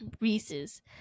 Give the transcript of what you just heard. Reese's